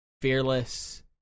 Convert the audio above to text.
Fearless